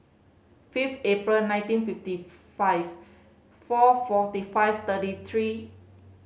fifth April nineteen fifty five four forty five thirty three